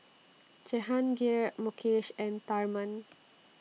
Jehangirr Mukesh and Tharman